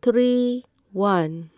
three one